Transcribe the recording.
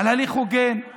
על הליך הוגן,